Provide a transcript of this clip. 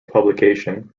publication